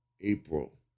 April